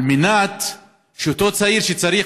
כדי שאותו צעיר שצריך,